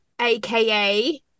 AKA